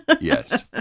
Yes